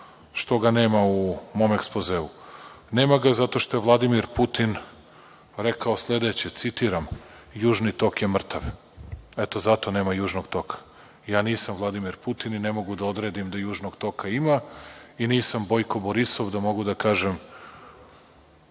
što ga nema u mom ekspozeu. Nema ga zato što je Vladimir Putin rekao sledeće, citiram – Južni tok je mrtav. Zato nema Južnog toka. Ja nisam Vladimir Putin i ne mogu da odredim da Južnog toka ima i nisam Bojko Borisov da mogu da kažem